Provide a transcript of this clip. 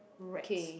kay